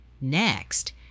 Next